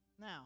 Now